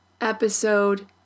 episode